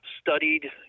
studied